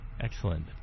Excellent